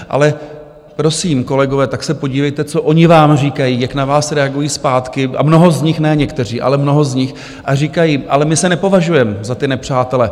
Ale prosím, kolegové, tak se podívejte, co oni vám říkají, jak na vás reagují zpátky, a mnoho z nich, ne někteří, ale mnoho z nich, a říkají: Ale my se nepovažujeme za ty nepřátele.